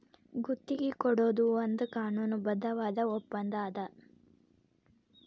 ಗುತ್ತಿಗಿ ಕೊಡೊದು ಒಂದ್ ಕಾನೂನುಬದ್ಧವಾದ ಒಪ್ಪಂದಾ ಅದ